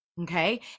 okay